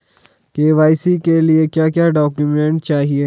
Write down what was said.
KYC के लिए क्या क्या डॉक्यूमेंट चाहिए?